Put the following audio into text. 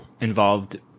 involved